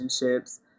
relationships